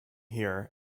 here